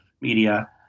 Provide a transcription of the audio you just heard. media